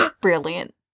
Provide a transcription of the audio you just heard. Brilliant